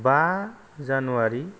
बा जानुवारि